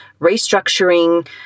restructuring